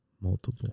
Multiple